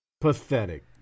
Pathetic